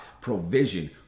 provision